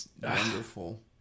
wonderful